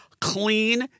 clean